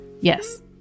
Yes